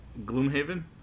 Gloomhaven